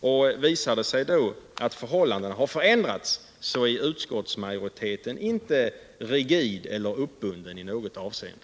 Och visar det sig då att förhållandena förändrats, kommer utskottsmajoriteten inte att vara rigid eller uppbunden i något avseende.